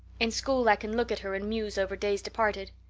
in school i can look at her and muse over days departed.